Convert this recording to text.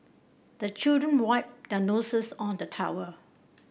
the children wipe their noses on the towel